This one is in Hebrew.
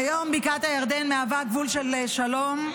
כיום בקעת הירדן מהווה גבול של שלום,